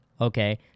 Okay